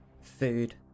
food